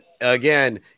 again